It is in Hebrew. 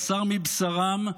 בשר מבשרם,